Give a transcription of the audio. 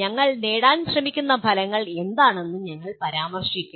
ഞങ്ങൾ നേടാൻ ശ്രമിക്കുന്ന ഫലങ്ങൾ എന്താണെന്ന് ഞങ്ങൾ പരാമർശിക്കും